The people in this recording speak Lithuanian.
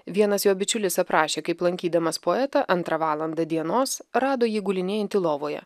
vienas jo bičiulis aprašė kaip lankydamas poetą antrą valandą dienos rado jį gulinėjantį lovoje